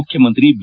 ಮುಖ್ಯಮಂತ್ರಿ ಬಿ